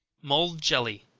mulled jelly.